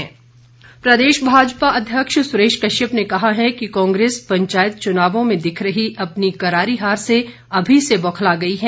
सुरेश कश्यप प्रदेश भाजपा अध्यक्ष सुरेश कश्यप ने कहा है कि कांग्रेस पंचायत चुनावों में दिख रही अपनी करारी हार से अभी से बौखला गई है